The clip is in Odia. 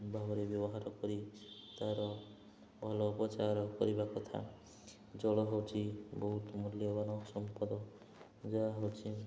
ଭାବରେ ବ୍ୟବହାର କରି ତା'ର ଭଲ ଉପଚାର କରିବା କଥା ଜଳ ହେଉଛି ବହୁତ ମୂଲ୍ୟବାନ ସମ୍ପଦ ଯାହା ହେଉଛି